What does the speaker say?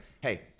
Hey